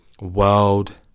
world